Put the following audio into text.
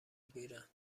گیرند